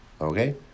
Okay